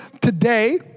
today